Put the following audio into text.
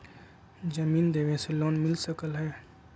जमीन देवे से लोन मिल सकलइ ह?